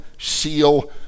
seal